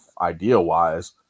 idea-wise